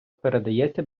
передається